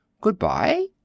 Goodbye